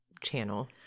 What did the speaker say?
channel